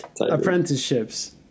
Apprenticeships